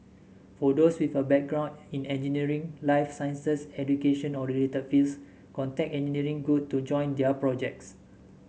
for those with a background in engineering life sciences education or related fields contact Engineering Good to join their projects